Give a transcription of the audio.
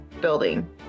building